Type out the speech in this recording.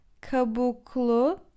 Kabuklu